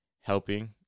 helping